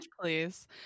please